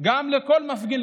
לכל מפגין,